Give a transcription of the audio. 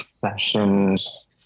Sessions